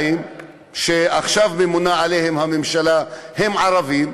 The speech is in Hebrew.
שעכשיו ממונה עליהם הממשלה הם ערבים,